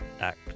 act